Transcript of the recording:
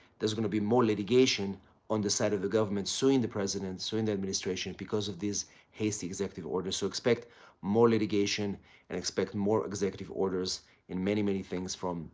there's going to be more litigation on the side of the government suing the president, suing the administration because of this hasty executive order. so, expect more litigation and expect more executive orders in many, many things from